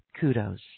kudos